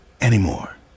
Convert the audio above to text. anymore